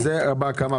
שזה לגבי הקמה.